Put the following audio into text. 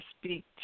speak